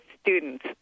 students